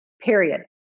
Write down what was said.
Period